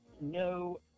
no